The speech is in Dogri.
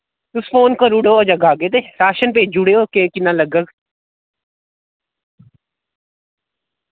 तुस फोन करूड़ो जग औगे ते राशन भेजूड़ेओ केह् किन्ना लग्गग